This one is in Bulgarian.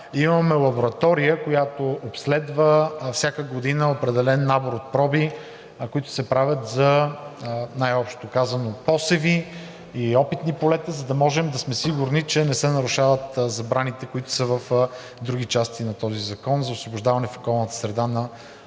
имаме лаборатория, която обследва всяка година определен набор от проби, които се правят за, най-общо казано, посеви и опитни полета, за да можем да сме сигурни, че не се нарушават забраните, които са в други части на този закон за освобождаване в околната среда на друг